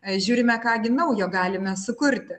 žiūrime ką gi naujo galime sukurti